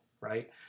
Right